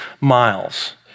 miles